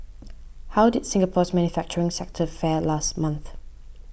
how did Singapore's manufacturing sector fare last month